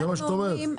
זה מה שאת אומרת?